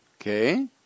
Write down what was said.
Okay